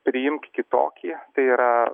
priimk kitokį tai yra